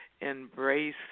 embrace